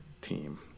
team